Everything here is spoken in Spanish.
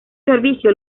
servicio